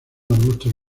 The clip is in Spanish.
arbustos